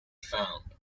found